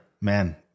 man